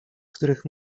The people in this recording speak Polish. których